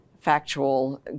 factual